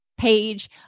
page